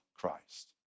Christ